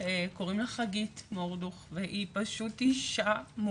קוראים לה חגית מורדוך והיא פשוט אישה,